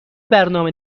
برنامه